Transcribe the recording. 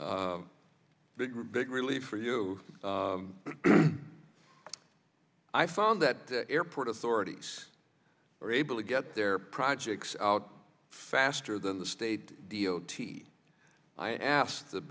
big big relief for you i found that the airport authorities were able to get their projects out faster than the state d o t i asked the